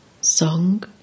Song